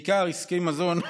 בעיקר עסקי מזון,